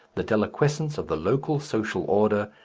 the deliquescence of the local social order,